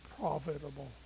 profitable